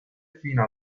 fino